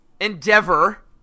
Endeavor